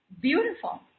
Beautiful